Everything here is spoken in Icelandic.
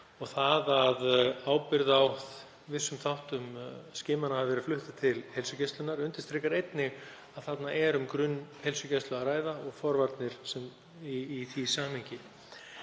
og að ábyrgð á vissum þáttum skimana hafi verið flutt til heilsugæslunnar undirstrikar einnig að þarna er um grunnheilsugæslu að ræða og forvarnir í því samhengi.